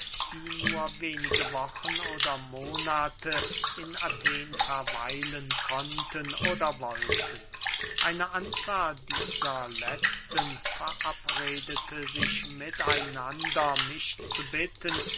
die nur wenige wochen oder monate in athen verweilen konnten oder wollten eine anzahl dieser letzten verabredete sich mit einander mich zu bitten